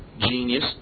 ...genius